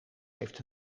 heeft